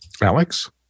Alex